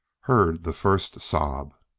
heard the first sob.